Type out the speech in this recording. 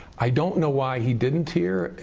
i don't know why he didn't here.